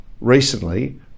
Recently